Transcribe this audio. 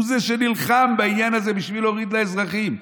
הוא שנלחם בעניין הזה בשביל להוריד לאזרחים.